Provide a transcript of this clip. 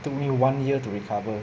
took me one year to recover